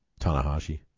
Tanahashi